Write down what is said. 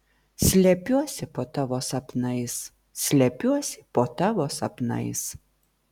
slepiuosi po tavo sapnais slepiuosi po tavo sapnais